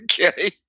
okay